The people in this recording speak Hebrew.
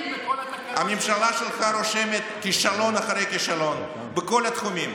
הממשלה שלך רושמת כישלון אחרי כישלון בכל התחומים,